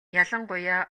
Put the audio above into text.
ялангуяа